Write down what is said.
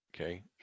Okay